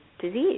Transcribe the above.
disease